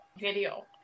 video